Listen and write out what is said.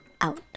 out